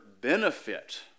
benefit